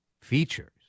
features